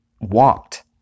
walked